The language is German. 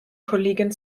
kollegin